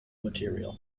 material